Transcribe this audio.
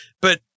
But-